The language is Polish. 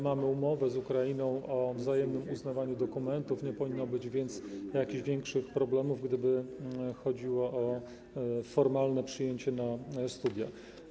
Mamy umowę z Ukrainą o wzajemnym uznawaniu dokumentów, więc nie powinno być jakichś większych problemów, jeśli chodzi o formalne przyjęcie na studia.